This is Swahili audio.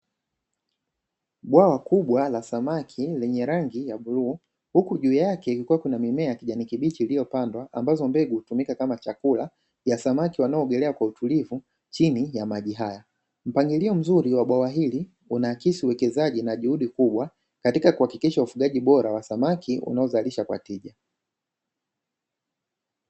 Bwawa kubwa la samaki lenye rangi ya bluu, huku juu yake kukiwa kuna mimea ya kijani kibichi iliyopandwa, ambazo mbegu hutumika kama chakula ya samaki wanaoongelea kwa utulivu chini ya maji haya. Mpangilio mzuri wa bwawa hili unaakisi uwekezaji na juhudi kubwa katika kuhakikisha ufugaji bora wa samaki, unaozalisha kwa tija.